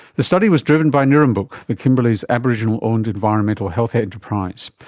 the study was driven by nirrumbuk, the kimberley's aboriginal-owned environmental health enterprise.